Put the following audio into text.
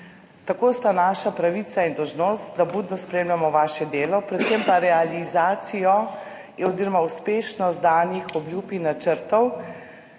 Tako sta naša pravica in dolžnost, da budno spremljamo vaše delo, predvsem pa realizacijo oziroma uspešnost danih obljub in načrtov,